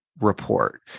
Report